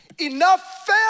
Enough